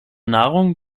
nahrung